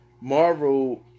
Marvel